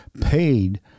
paid